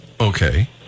Okay